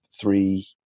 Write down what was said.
three